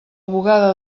bugada